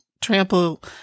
trample